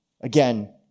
again